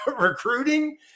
recruiting